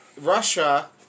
Russia